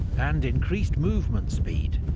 and increased movement speed,